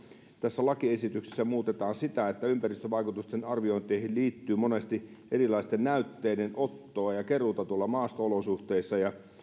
tässä lakiesityksessä muutetaan sitä että ympäristövaikutusten arviointeihin liittyy monesti erilaisten näytteidenottoa ja keruuta tuolla maasto olosuhteissa